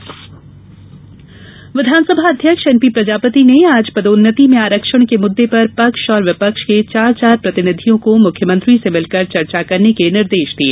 आरक्षण विधानसभा अध्यक्ष एन पी प्रजापति ने आज पदोन्नति में आरक्षण के मुद्दे पर पक्ष और विपक्ष के चार चार प्रतिनिधियों को मुख्यमंत्री से मिलकर चर्चा करने के निर्देश दिए